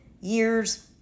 years